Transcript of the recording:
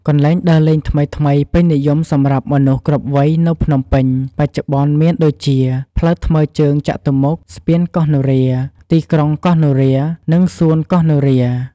កន្លែងដើរលេងថ្មីៗពេញនិយមសម្រាប់មនុស្សគ្រប់វ័យនៅភ្នំពេញ បច្ចុប្បន្នមានដូចជា ផ្លូវថ្មើរជើងចតុមុខ ស្ពានកោះនរា ទីក្រុងកោះនរា និងសួនកោះនរា។